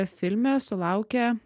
filme sulaukę